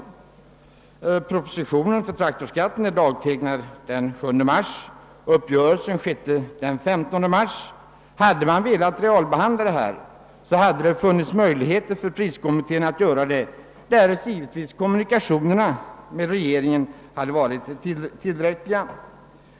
Propositionen om traktorskatten är dagtecknad den 7 mars, och uppgörelsen träffades den 15 mars. Hade man velat realbehandla detta, hade det funnits möjligheter för priskommittén att göra det, därest kommunikationerna med regeringen hade varit tillräckliga.